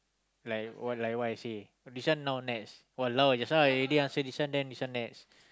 like what like what I said this one now next !walao! just now I already answer this one then this one next